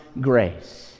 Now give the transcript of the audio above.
grace